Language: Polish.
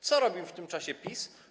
Co robił w tym czasie PiS?